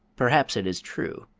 perhaps it is true.